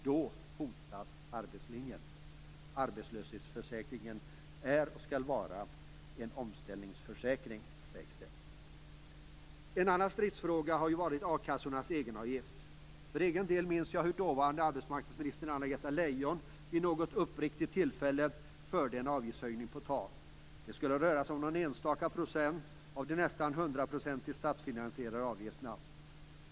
Då hotas arbetslinjen. Arbetslöshetsförsäkringen är och skall vara en omställningsförsäkring, sägs det. En annan stridsfråga har varit a-kassornas egenavgifter. För egen del minns jag hur dåvarande arbetsmarknadsministern Anna-Greta Leijon vid något uppriktigt tillfälle förde en avgiftshöjning på tal. Det rörde sig om någon enstaka procent av de nästan hundraprocentigt statsfinansierade avgifterna.